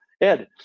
Ed